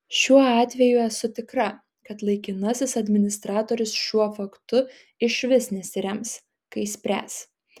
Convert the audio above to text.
šiuo atveju esu tikra kad laikinasis administratorius šiuo faktu išvis nesirems kai spręs